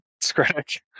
Scratch